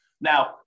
Now